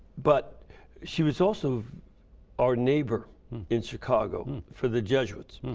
but she was also our neighbor in chicago for the jesuits.